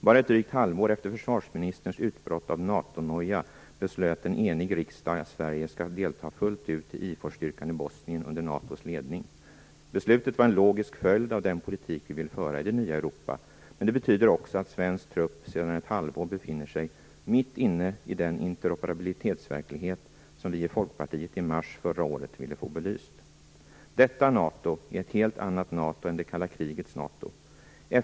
Bara ett drygt halvår efter försvarsministerns utbrott av "NATO noja" beslöt en enig riksdag att Sverige skall delta fullt ut i IFOR-styrkan i Bosnien under NATO:s ledning. Beslutet var en logisk följd att den politik vi vill föra i det nya Europa, men det betyder också att svensk trupp sedan ett halvår befinner sig mitt inne i den interoperabilitetsverklighet som vi i Folkpartiet i mars förra året ville få belyst. Detta NATO är ett helt annat NATO än det kalla krigets NATO.